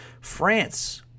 France –